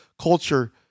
culture